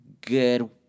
good